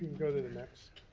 go to the next.